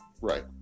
Right